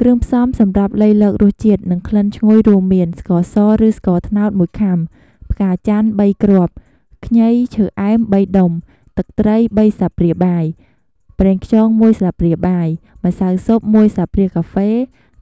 គ្រឿងផ្សំសម្រាប់លៃលករសជាតិ និងក្លិនឈ្ងុយរួមមាន ស្ករស ឬស្ករត្នោត១ ខាំ ផ្កាចន្ទន៍ ៣ គ្រាប់ ខ្ញី ឈើអែម ៣ ដុំ ទឹកត្រី ៣ ស្លាបព្រាបាយ ប្រេងខ្យង ១ ស្លាបព្រាបាយ ម្សៅស៊ុប ១ ស្លាបព្រាកាហ្វេ